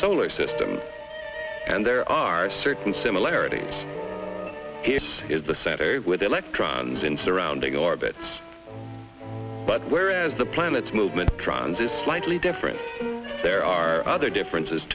solar system and there are certain similarities here is the center with electrons in surrounding orbits but whereas the planets movement trons is slightly different there are other differences